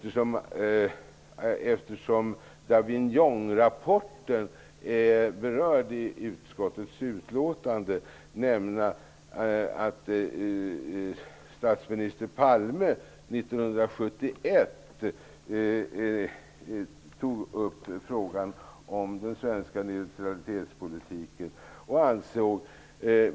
Eftersom Davignonrapporten har berörts i utskottets utlåtande, vill jag nämna att statsminister Palme 1971 tog upp frågan om den svenska neutralitetspolitiken.